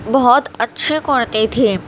بہت اچھی کرتی تھی